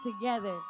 together